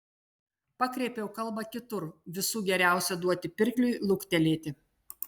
pakreipiau kalbą kitur visų geriausia duoti pirkliui luktelėti